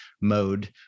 mode